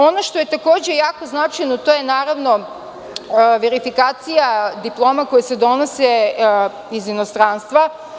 Ono što je takođe jako značajno to je naravno verifikacija diploma koje se donose iz inostranstva.